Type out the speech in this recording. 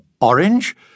Orange